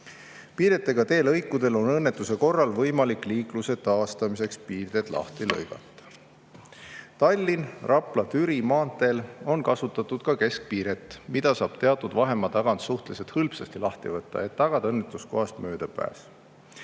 Piiretega teelõikudel on õnnetuse korral võimalik liikluse taastamiseks piirded lahti lõigata. Tallinna–Rapla–Türi maanteel on kasutatud ka keskpiiret, mida saab teatud vahemaa tagant suhteliselt hõlpsasti lahti võtta, et tagada õnnetuskohast möödapääs.